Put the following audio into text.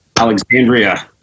Alexandria